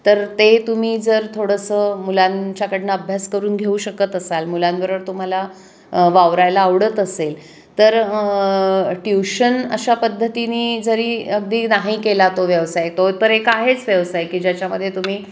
तर ते तुम्ही जर थोडंसं मुलांच्याकडनं अभ्यास करून घेऊ शकत असाल मुलांबरोबर तुम्हाला वावरायला आवडत असेल तर ट्युशन अशा पद्धतीनी जरी अगदी नाही केला तो व्यवसाय तो तर एक आहेच व्यवसाय की ज्याच्यामध्ये तुम्ही